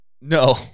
No